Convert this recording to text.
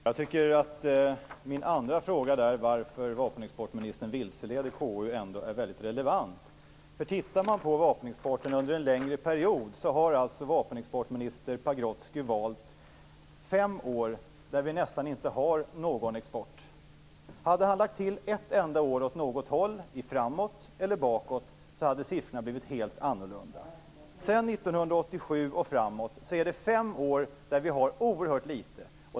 Fru talman! Jag tycker att min andra fråga om varför vapenexportministern vilseleder KU är relevant. Låt oss se på vapenexporten under en längre period. Vapenexportminister Pagrotsky har alltså valt fem år då Sverige nästan inte hade någon export. Hade han lagt till ett enda år åt något håll, framåt eller bakåt, hade siffrorna blivit helt annorlunda. Sedan 1987 och framåt finns det fem år då exporten är oerhört liten.